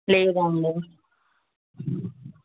లేదండి